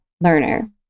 learner